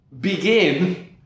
begin